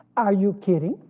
are you kidding?